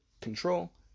control